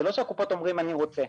זה לא שהקופות אומרות 'אני רוצה'.